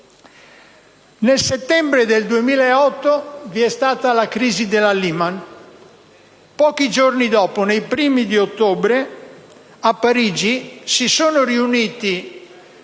Nel settembre del 2008 vi è stata la crisi della Lehman Brothers. Pochi giorni dopo, ai primi di ottobre, a Parigi si sono riuniti